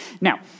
Now